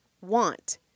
want